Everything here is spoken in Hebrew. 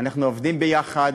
אנחנו עובדים יחד,